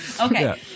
Okay